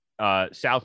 South